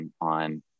on